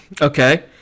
Okay